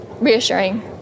reassuring